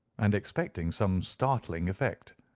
and expecting some startling effect.